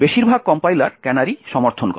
বেশিরভাগ compiler canary সমর্থন করে